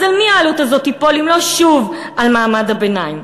אז על מי העלות הזאת תיפול אם לא שוב על מעמד הביניים?